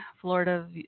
Florida